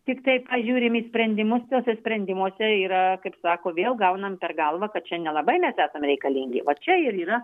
tiktai pažiūrim į sprendimus tuose sprendimuose yra kaip sako vėl gaunam per galvą kad čia nelabai mes esam reikalingi vat čia ir yra